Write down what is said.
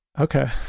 Okay